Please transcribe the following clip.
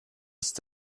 ist